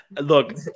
look